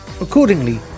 Accordingly